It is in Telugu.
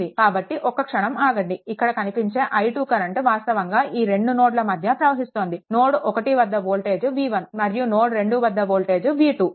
కాబట్టి ఒక్క క్షణం ఆగండి ఇక్కడ కనిపించే i2 కరెంట్ వాస్తవంగా ఈ రెండు నోడ్ల మధ్య ప్రవహిస్తోంది నోడ్1 వద్ద వోల్టేజ్ V1 మరియు నోడ్2 వద్ద వోల్టేజ్ V2